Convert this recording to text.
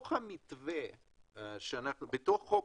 בתוך חוק